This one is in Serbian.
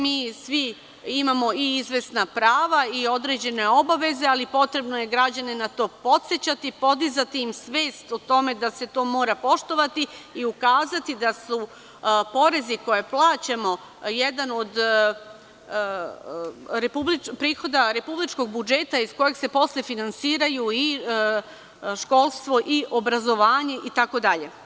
Mi svi imamo i izvesna prava i određene obaveze, ali potrebno je građane na to podsećati, podizati im svest o tome da se to mora poštovati i ukazati da su porezi koje plaćamo jedan od prihoda republičkog budžeta iz kojeg se posle finansiraju i školstvo i obrazovanje, itd.